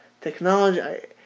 technology